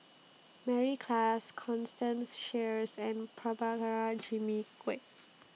Mary Klass Constance Sheares and Prabhakara Jimmy Quek